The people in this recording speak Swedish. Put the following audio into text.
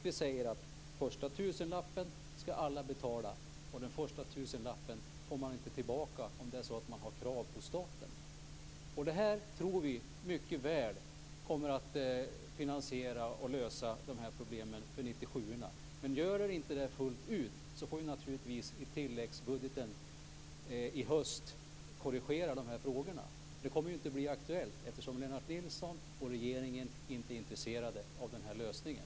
Vi säger att den första tusenlappen skall alla betala, och den första tusenlappen får man inte tillbaka, om det är så att man har krav på staten. Vi tror att detta mycket väl kommer att finansiera och lösa problemen för 97:orna. Om det inte gör det fullt ut får vi naturligtvis korrigera detta i tilläggsbudgeten i höst. Det kommer ju inte att bli aktuellt eftersom Lennart Nilsson och regeringen inte är intresserade av den här lösningen.